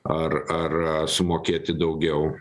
ar ar sumokėti daugiau